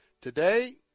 Today